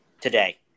today